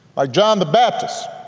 by john the baptist,